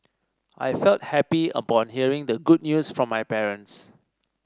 I felt happy upon hearing the good news from my parents